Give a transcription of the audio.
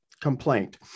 complaint